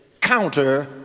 counter